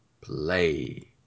play